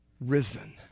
risen